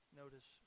notice